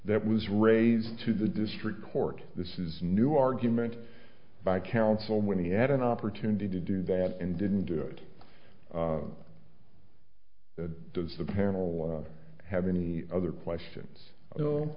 that was raised to the district court this is new argument by counsel when he had an opportunity to do that and didn't do it does the panel have any other questions